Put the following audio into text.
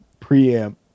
preamp